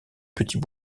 petits